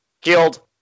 killed